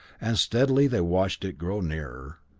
and steadily they watched it grow nearer.